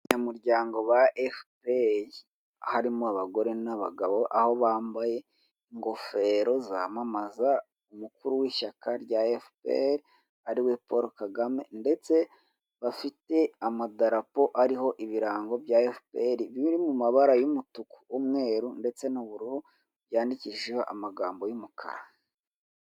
Abanyamuryango ba efuperi harimo abagore n'abagabo aho bambaye ingofero zamamaza umukuru w'ishyaka rya efuperi ariwe Paul Kagame ndetse bafite amadarapo ariho ibirango bya efuperi biri mu mabara y'umutuku, umweru ndetse n'ubururu byandikishijeho amagambo y'umukara.